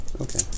Okay